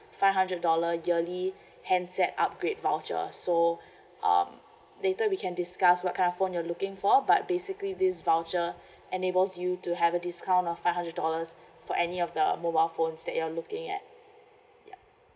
five hundred dollar yearly handset upgrade voucher so um later we can discuss what kind of phone you're looking for but basically this voucher enables you to have a discount of five hundred dollars for any of the mobile phones that you're looking at yup